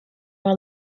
are